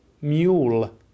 mule